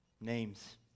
Names